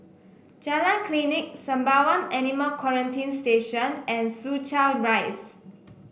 Jalan Klinik Sembawang Animal Quarantine Station and Soo Chow Rise